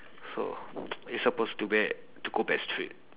so it's supposed to where to go back straight